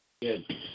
Good